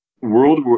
world